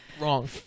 wrong